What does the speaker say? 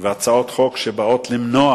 והצעות חוק שבאות למנוע,